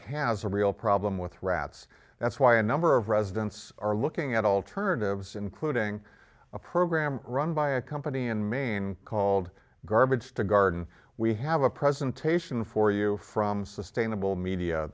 has a real problem with rats that's why a number of residents are looking at alternatives including a program run by a company in maine called garbage to garden we have a presentation for you from sustainable media